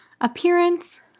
appearance